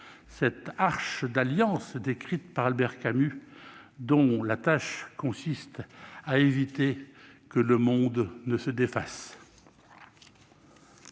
l'« arche d'alliance » décrite par Albert Camus, dont la tâche consiste à éviter que « le monde ne se défasse